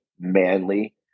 Manly